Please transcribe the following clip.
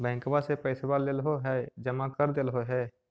बैंकवा से पैसवा लेलहो है जमा कर देलहो हे?